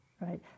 right